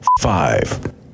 five